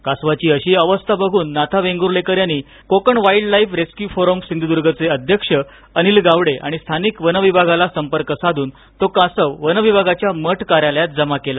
कासवाची अशी अवस्था बघून नाथा वेगूलेकर यांनी Konkan wildlife rescue forum सिंधुदर्गचे अध्यक्ष अनिल गावडे आणि स्थानिक वनविभागाला संपर्क साधून तो कासव वनविभागाच्या मठ कार्यालयात तो जमा केला